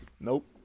Nope